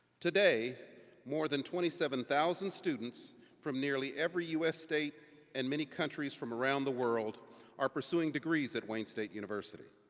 today more than twenty seven thousand students from nearly every u s. state and many countries from around the world are pursuing degrees at wayne state university.